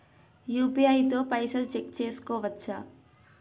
UPI తో పైసల్ check చేసుకోవచ్చా?